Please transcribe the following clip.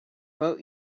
boat